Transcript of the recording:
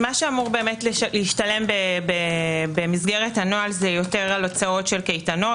מה שאמור להשתלם במסגרת הנוהל זה יותר על הוצאות של קייטנות,